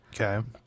Okay